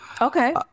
Okay